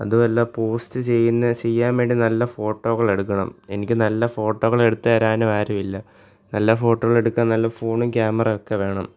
അതും അല്ല പോസ്റ്റ് ചെയ്യുന്ന ചെയ്യാൻ വേണ്ടി നല്ല ഫോട്ടോകൾ എടുക്കണം എനിക്ക് നല്ല ഫോട്ടോകൾ എടുത്തു തരാനും ആരും ഇല്ല നല്ല ഫോട്ടോകൾ എടുക്കാൻ നല്ല ഫോണും കാമറയൊക്കെ വേണം